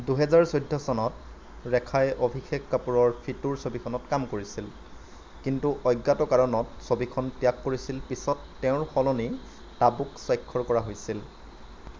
দুই হাজাৰ চৈধ্য চনত ৰেখাই অভিষেক কাপুৰৰ ফিটুৰ ছবিখনত কাম কৰিছিল কিন্তু অজ্ঞাত কাৰণত ছবিখন ত্যাগ কৰিছিল পিছত তেওঁৰ সলনি টাবুক স্বাক্ষৰ কৰা হৈছিল